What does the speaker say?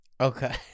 Okay